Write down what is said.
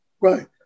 right